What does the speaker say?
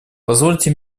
позвольте